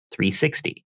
360